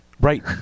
right